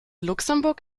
luxemburg